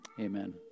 amen